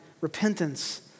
repentance